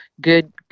good